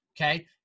Okay